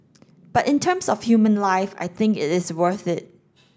but in terms of human life I think it is worth it